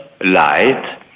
light